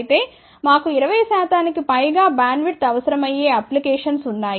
అయితే మాకు 20 శాతానికి పైగా బ్యాండ్విడ్త్ అవసరమయ్యే అప్లికేషన్స్ ఉన్నాయి